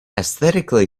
aesthetically